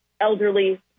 elderly